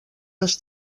les